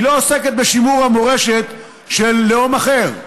היא לא עוסקת בשימור המורשת של לאום אחר,